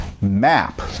map